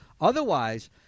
otherwise